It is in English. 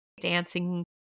dancing